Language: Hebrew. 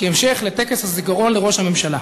כהמשך לטקס הזיכרון לראש הממשלה.